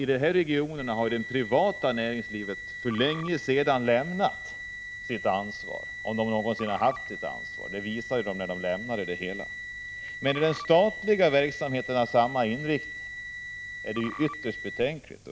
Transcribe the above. I de här regionerna har ju det privata näringslivet för länge sedan lämnat sitt ansvar — om det nu 81 någonsin har haft något — men när den statliga verksamheten har samma inriktning, då är det ytterst betänkligt.